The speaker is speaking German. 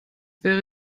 wäre